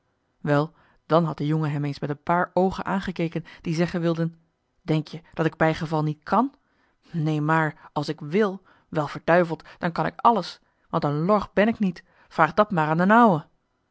wel dan had de jongen hem eens met een paar oogen aangekeken die zeggen wilden denk-je dat ik bijgeval niet kan neemaar als ik wil wel verduiveld dan kan ik alles want een lor ben ik niet vraag dat maar aan d'n